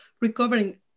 recovering